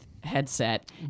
headset